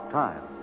time